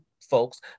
folks